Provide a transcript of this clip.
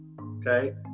Okay